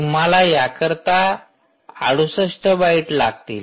तुम्हाला या करीता 68 बाईट लागतील